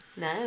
No